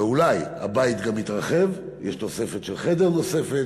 לא אולי, הבית גם יתרחב, יש תוספת, של חדר נוסף,